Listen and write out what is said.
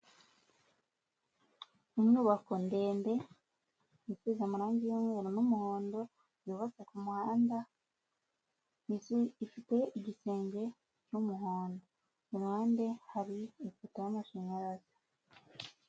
Inyubako ndende isize amarange y'umweru n'umuhondo yubatse ku muhanda ifite igisenge cy'umuhondo ku ruhande hari ipoto y'amashanyarazi.